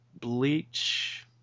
Bleach